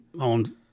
on